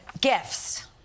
gifts